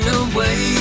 away